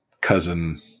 cousin